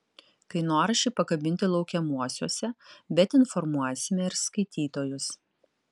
kainoraščiai pakabinti laukiamuosiuose bet informuosime ir skaitytojus